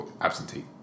absentee